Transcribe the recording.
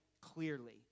clearly